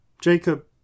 Jacob